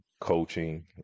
coaching